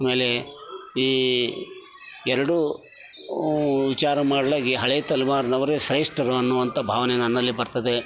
ಆಮೇಲೆ ಈ ಎರಡು ವಿಚಾರ ಮಾಡ್ಲಾಗಿ ಈ ಹಳೆ ತಲೆಮಾರಿನವ್ರೆ ಸಹಿಷ್ಣರು ಅನ್ನುವಂತ ಭಾವನೆ ನನ್ನಲ್ಲಿ ಬರ್ತದೆ